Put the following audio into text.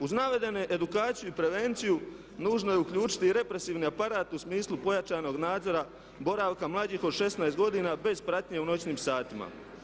Uz navedene edukaciju i prevenciju nužno je uključiti i represivni aparat u smislu pojačanog nadzora boravka mlađih od 16 godina bez pratnje u noćnim satima.